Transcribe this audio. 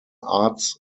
arts